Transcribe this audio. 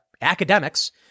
academics